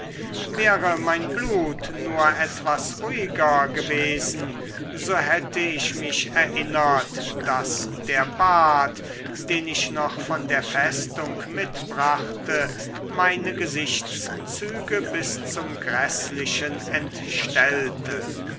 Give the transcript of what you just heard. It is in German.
wäre mein blut nur etwas ruhiger gewesen so hätte ich mich erinnert daß der bart den ich noch von der festung mitbrachte meine gesichtszüge bis zum gräßlichen entstellte